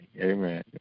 Amen